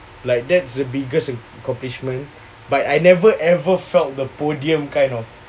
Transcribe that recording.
like that's the biggest accomplishment but I never ever felt the podium kind of